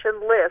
list